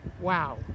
wow